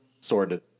sorted